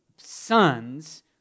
sons